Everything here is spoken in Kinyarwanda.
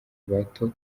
bato